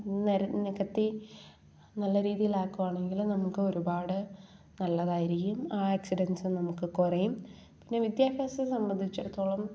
നേര നികത്തി നല്ല രീതിയിലാക്കുകയാണെങ്കിൽ നമുക്ക് ഒരുപാട് നല്ലതായിരിക്കും ആക്സിഡൻസും നമുക്ക് കുറയും പിന്നെ വിദ്യാഭ്യാസം സംബന്ധിച്ചിടത്തോളം